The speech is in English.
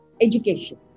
education